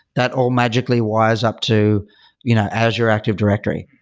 that all magically wires up to you know azure active directory.